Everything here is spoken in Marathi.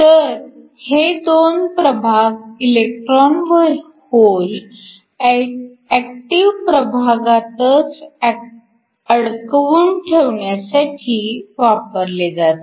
तर हे दोन प्रभाग इलेक्ट्रॉन व होल ऍक्टिव्ह प्रभागातच अडकवून ठेवण्यासाठी वापरले जातात